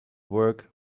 work